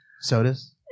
sodas